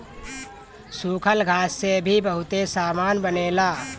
सूखल घास से भी बहुते सामान बनेला